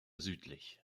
südlich